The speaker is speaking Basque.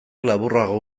laburrago